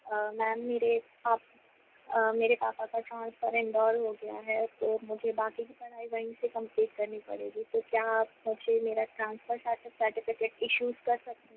ma'am मेरे पा मेरे पापा का ट्रान्सफ़र इंदौर हो गया है तो मुझे बाकी की पढ़ाई वहीं से कम्पलीट करनी पड़ेगी तो क्या आप मुझे मेरा ट्रान्सफ़र सर्टिफ़िकेट इशू कर सकती हैं